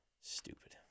Stupid